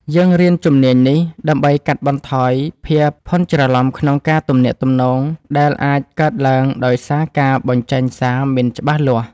យើងរៀនជំនាញនេះដើម្បីកាត់បន្ថយភាពភាន់ច្រឡំក្នុងការទំនាក់ទំនង ដែលអាចកើតឡើងដោយសារការបញ្ចេញសារមិនច្បាស់លាស់។